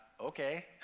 okay